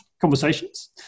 conversations